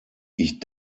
ich